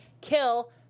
kill